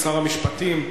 שר המשפטים,